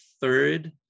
third